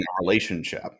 relationship